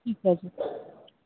ਠੀਕ ਹੈ ਜੀ